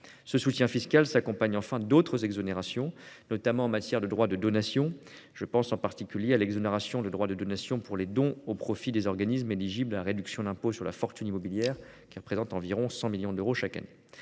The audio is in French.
Ce soutien fiscal s'accompagne enfin d'autres exonérations, notamment en matière de donation. Je pense en particulier à l'exonération de droits de donation pour les dons au profit des organismes éligibles à la réduction d'impôt sur la fortune immobilière, qui représente environ 100 millions d'euros chaque année.